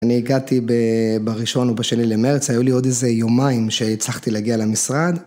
אני הגעתי בראשון ובשני למרץ, היו לי עוד איזה יומיים שהצלחתי להגיע למשרד.